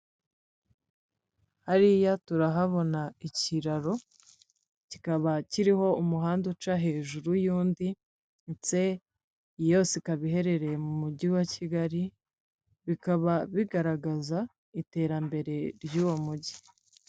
Hariya turahabona ikiraro kikaba kiriho umuhanda uca hejuru y'undi; yose ikaba iherereye mu mujyi wa kigali bikaba bigaragaza iterambere ry'uwo mujyi.